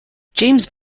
james